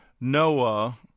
Noah